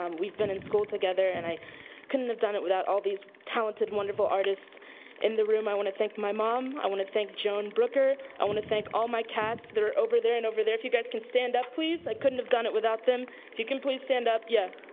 um we've been in school together and i couldn't have done it without all of these talented, wonderful artists in the room. i want to thank my mom. i want to thank joan brooker. i want to thank all my cast. they're over there and over there. if you guys can stand up, please. i couldn't have done it without them. if you can please stand up, yeah.